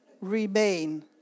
remain